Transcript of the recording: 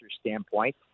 standpoint